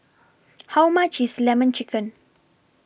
How much IS Lemon Chicken